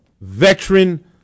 veteran